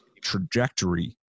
trajectory